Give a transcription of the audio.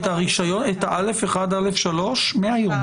א/1 ו-א/3 מהיום.